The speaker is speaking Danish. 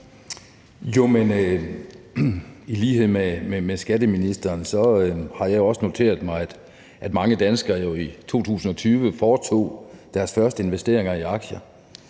(S): I lighed med skatteministeren har jeg også noteret mig, at mange danskere i 2020 foretog deres første investeringer i aktier,